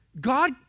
God